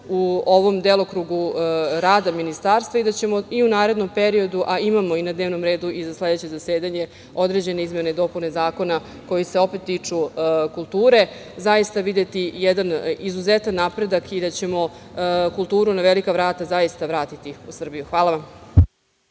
u ovom delokrugu rada Ministarstva i da ćemo i u narednom periodu, a imamo i na dnevnom redu i za sledeće zasedanje određene izmene i dopune zakona koje se opet tiču kulture. Zaista videti jedan izuzetan napredak i da ćemo kulturu na velika vrata zaista vratiti u Srbiju. Hvala.